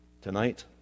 Tonight